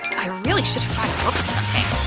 i really should've brought